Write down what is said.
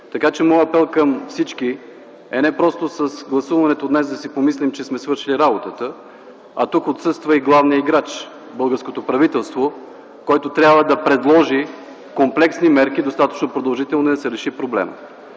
Така че моят апел към всички е – не просто с гласуването днес да си помислим, че сме свършили работата. А тук отсъства и главният играч – българското правителство, който трябва да предложи комплексни мерки, достатъчно продължителни, за да се реши проблемът.